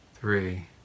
three